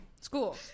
school